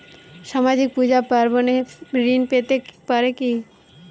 সামাজিক পূজা পার্বণে ঋণ পেতে পারে কি?